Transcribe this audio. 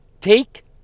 take